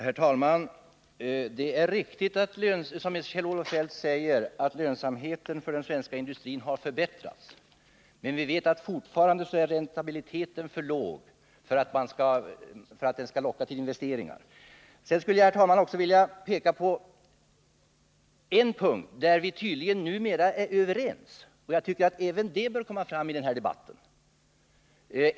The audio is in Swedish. Herr talman! Det är riktigt som Kjell-Olof Feldt säger, att lönsamheten för den svenska industrin har förbättrats. Men vi vet att fortfarande är räntabiliteten för låg för att locka till investeringar. Sedan skulle jag också vilja peka på en punkt där vi tydligen numera är överens. Jag tycker att även det bör komma fram i den här debatten.